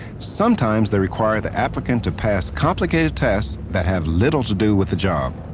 sometimes they require the applicant to pass complicated tests that have little to do with the job.